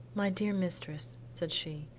my dear mistress, said she,